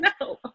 No